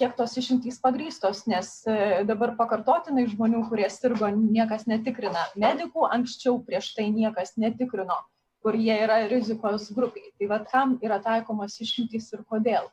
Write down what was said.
kiek tos išimtys pagrįstos nes dabar pakartotinai žmonių kurie sirgo niekas netikrina medikų anksčiau prieš tai niekas netikrino kur jie yra rizikos grupėj tai vat kam yra taikomos išimtys ir kodėl